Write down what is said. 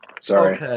Sorry